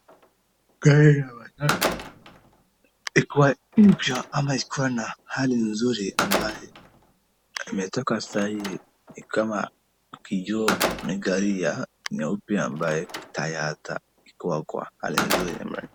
Gari ya matatu, ikiwa mpya, ama ikiwa na hali nzuri ambaye, imetoka sahii ni kama ukijua ni gari nyeupe ambaye tyre ata ikiwa kwa hali nzuri ama.